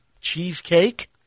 cheesecake